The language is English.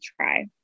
try